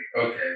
okay